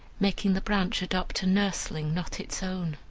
making the branch adopt a nursling not its own.